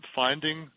finding